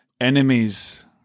enemies